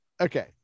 Okay